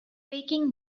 waking